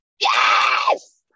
Yes